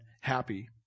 happy